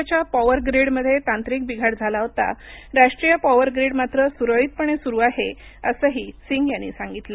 राज्याच्या पॉवर ग्रीडमध्ये तांत्रिक बिघाड झाला होता राष्ट्रीय पॉवर ग्रीड मात्र सुरळीतपणे सुरू आहे असंही सिंग यांनी सागितलं